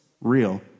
real